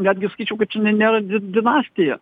netgi sakyčiau kad čia ne nėra di dinastija